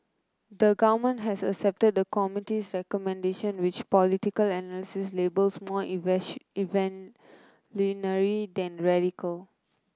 the Government has accepted the committee's recommendation which political analysts labelled more than radical